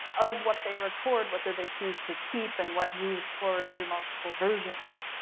of what they record what do they choose to keep and what moves forward through multiple versions,